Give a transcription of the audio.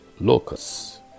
locus